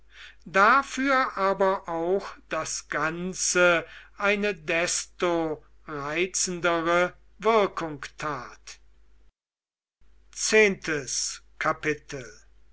dafür aber auch das ganze eine desto reizendere wirkung tat zehntes kapitel